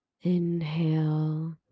inhale